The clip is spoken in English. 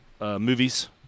movies